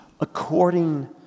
according